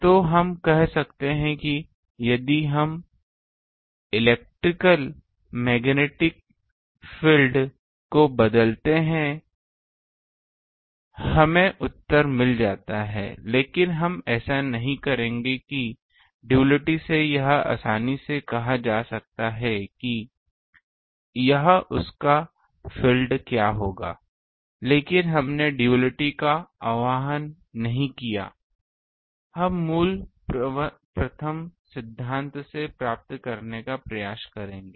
तो हम कह सकते हैं कि यदि हम इलेक्ट्रिकल मैग्नेटिक फील्ड को बदलते हैं हमें उत्तर मिल जाता है लेकिन हम ऐसा नहीं करेंगे कि डुअलिटी से यह आसानी से कहा जा सकता है कि यह उसका फील्ड क्या होगा लेकिन हमने डुअलिटी का आह्वान नहीं किया हम मूल प्रथम सिद्धांत से प्राप्त करने का प्रयास करेंगे